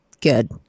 good